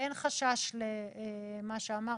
שאין חשש למה שאמרת,